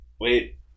wait